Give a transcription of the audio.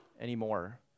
anymore